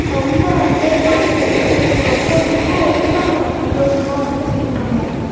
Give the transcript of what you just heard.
ரொம்ப வந்து பாட்டு கேட்டுக்கிட்டே போகிறப்போ இன்னும் ரொம்ப நம்ம சந்தோசமாக வந்து ஃபீல் பண்ணுவோம்